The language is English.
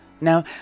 Now